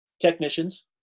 technicians